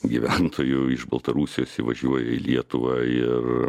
gyventojų iš baltarusijos įvažiuoja į lietuvą ir